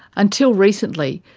until recently,